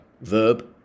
verb